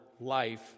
life